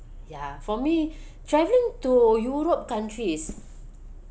ya for me travelling to europe countries